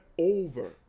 over